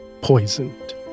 poisoned